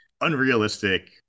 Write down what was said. unrealistic